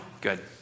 good